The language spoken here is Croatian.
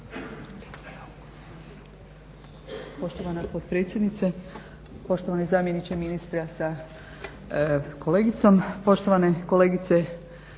Poštovana potpredsjednice, poštovani zamjeniče ministra sa kolegicom, poštovane kolegice